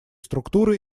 структуры